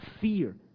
fear